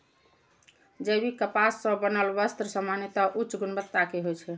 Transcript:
जैविक कपास सं बनल वस्त्र सामान्यतः उच्च गुणवत्ता के होइ छै